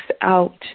out